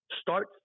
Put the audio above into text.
start